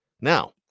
Now